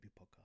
podcast